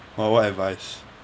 orh what advice